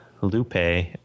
Lupe